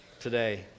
today